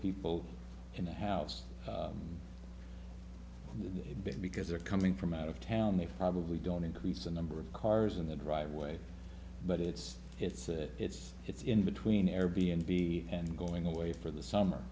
people in the house because they're coming from out of town they probably don't increase the number of cars in the driveway but it's it's it's it's in between air b n b and going away for the summer